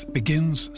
begins